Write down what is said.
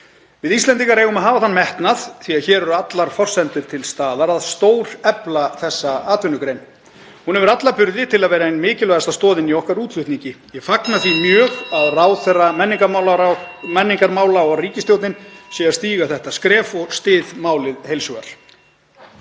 Við Íslendingar eigum að hafa þann metnað, því hér eru allar forsendur til staðar, að stórefla þessa atvinnugrein. Hún hefur alla burði til að vera ein mikilvægasta stoðin í útflutningi okkar. (Forseti hringir.) Ég fagna því mjög að ráðherra menningarmála og ríkisstjórnin sé að stíga þetta skref og styð málið heils hugar.